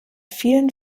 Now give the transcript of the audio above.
vielen